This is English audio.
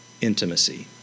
intimacy